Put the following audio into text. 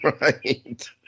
right